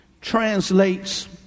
translates